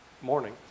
morning